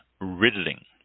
riddling